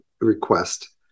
request